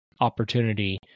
opportunity